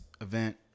event